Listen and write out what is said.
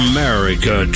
America